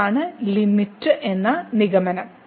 ഇതാണ് ലിമിറ്റ് എന്ന് നിഗമനം